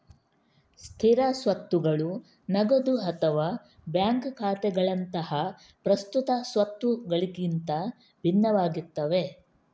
ಸ್ಥಿರ ಸ್ವತ್ತುಗಳು ನಗದು ಅಥವಾ ಬ್ಯಾಂಕ್ ಖಾತೆಗಳಂತಹ ಪ್ರಸ್ತುತ ಸ್ವತ್ತುಗಳಿಗಿಂತ ಭಿನ್ನವಾಗಿರ್ತವೆ